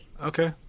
Okay